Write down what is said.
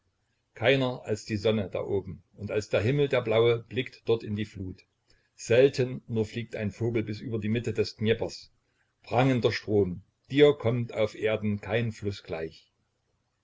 keiner als die sonne da oben und als der himmel der blaue blickt dort in die flut selten nur fliegt ein vogel bis über die mitte des dnjeprs prangender strom dir kommt auf erden kein fluß gleich